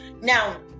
Now